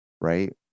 right